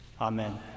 amen